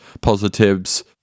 Positives